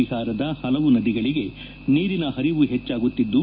ಬಿಹಾರದ ಹಲವು ನದಿಗಳಿಗೆ ನೀರಿನ ಹರಿವು ಹೆಚ್ಚಾಗುತ್ತಿದ್ದು